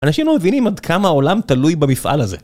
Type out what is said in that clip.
אנשים לא מבינים עד כמה העולם תלוי במפעל הזה